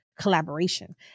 collaboration